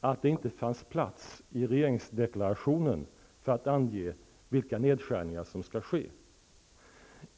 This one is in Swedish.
att det inte fanns plats i regeringsdeklarationen för att ange vilka nedskärningar som skall ske.